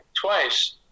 twice